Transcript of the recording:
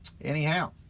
anyhow